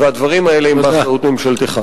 והדברים האלה הם באחריות ממשלתך.